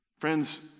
Friends